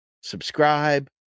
subscribe